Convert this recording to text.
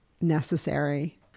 necessary